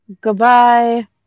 Goodbye